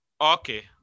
okay